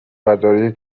برداری